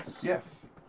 Yes